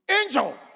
angel